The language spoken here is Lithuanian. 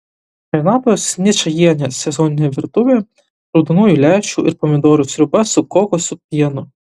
renatos ničajienės sezoninė virtuvė raudonųjų lęšių ir pomidorų sriuba su kokosų pienu